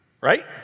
right